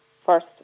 first